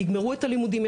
יגמרו את הלימודים.